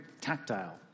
tactile